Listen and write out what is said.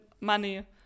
money